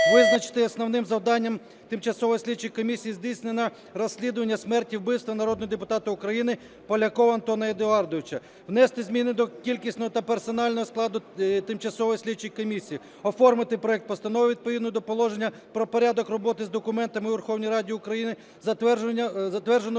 "Визначити основним завданням Тимчасової слідчої комісії здійснення розслідування смерті (вбивства) народного депутата України Полякова Антона Едуардовича. Внести зміни до кількісного та персонального складу Тимчасової слідчої комісії, оформити проект постанови відповідно до положення про порядок роботи з документами у Верховній Раді України, затвердженого